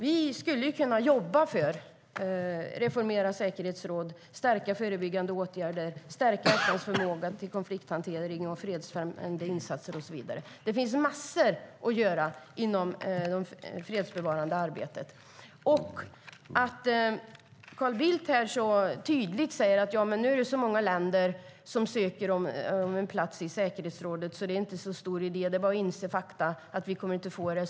Vi skulle kunna jobba för att reformera säkerhetsrådet, stärka förebyggande åtgärder, stärka FN:s förmåga till konflikthantering och fredsfrämjande insatser och så vidare. Det finns massor att göra inom det fredsbevarande arbetet. Carl Bildt säger tydligt här att det nu är så många länder som ansöker om en plats i säkerhetsrådet att det inte är så stor idé för oss att göra det. Det är bara att inse fakta och att vi inte kommer att få en plats.